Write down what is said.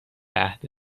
عهد